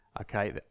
okay